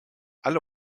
alle